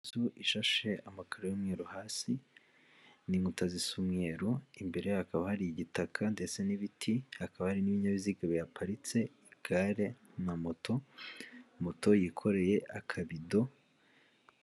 Ishashe amakaro y'umweru hasi n'inkuta zisa umweru, imbere hakaba hari igitaka ndetse n'ibiti, hakaba hari n'ibinyabiziga biha paritse igare na moto, moto yikoreye akabido.